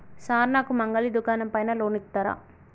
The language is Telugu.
సార్ నాకు మంగలి దుకాణం పైన లోన్ ఇత్తరా?